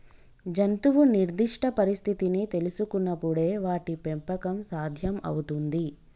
జంతువు నిర్దిష్ట పరిస్థితిని తెల్సుకునపుడే వాటి పెంపకం సాధ్యం అవుతుంది